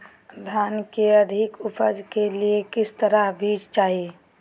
धान की अधिक उपज के लिए किस तरह बीज चाहिए?